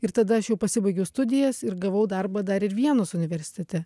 ir tada aš jau pasibaigiau studijas ir gavau darbą dar ir vienos universitete